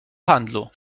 handlu